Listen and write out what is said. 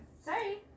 Sorry